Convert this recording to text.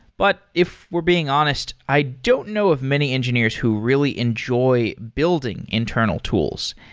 but if we're being honest, i don't know of many engineers who really enjoy building internal tools.